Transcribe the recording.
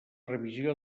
revisió